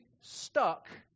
stuck